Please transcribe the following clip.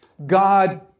God